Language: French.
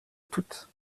toutes